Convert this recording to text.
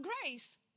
grace